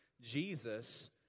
Jesus